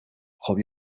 خوب